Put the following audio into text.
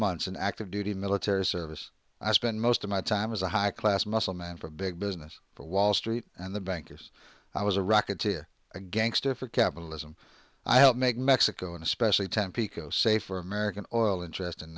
months in active duty military service i spent most of my time as a high class muscle man for big business for wall street and the bank yes i was a racketeer a gangster for capitalism i helped make mexico and especially tampico safe for american oil interests